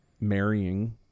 Marrying